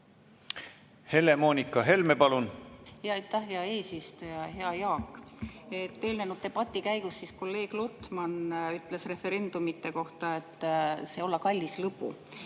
Helle-Moonika Helme, palun! Aitäh, hea eesistuja! Hea Jaak! Eelnenud debati käigus kolleeg Lotman ütles referendumite kohta, et see olla kallis lõbu.